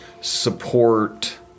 support